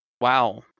Wow